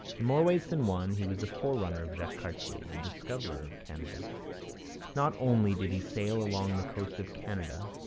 in more ways than one he was the forerunner of jacques cartier, the discoverer of canada not only did he sail along the coast of canada,